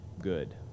good